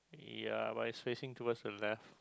ya but it's facing towards the left